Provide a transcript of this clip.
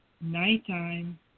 Nighttime